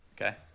Okay